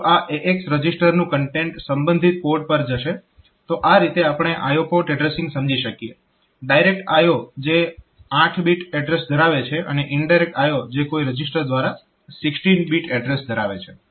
તો આ AX રજીસ્ટરનું કન્ટેન્ટ સંબંધિત પોર્ટ પર જશે તો આ રીતે આપણે આ IO પોર્ટ એડ્રેસીંગ સમજી શકીએ ડાયરેક્ટ IO જે 8 બીટ એડ્રેસ ધરાવે છે અને ઈનડાયરેક્ટ IO જે કોઈ રજીસ્ટર દ્વારા 16 બીટ એડ્રેસ ધરાવે છે